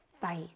fight